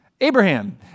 Abraham